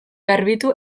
garbitu